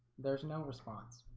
there's no response